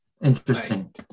interesting